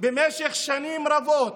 במשך שנים רבות